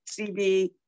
CB